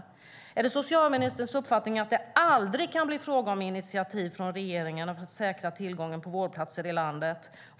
För det första: Är det socialministerns uppfattning att det aldrig kan bli fråga om initiativ från regeringen om att säkra tillgången på vårdplatser i landet?